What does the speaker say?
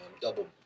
double